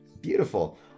beautiful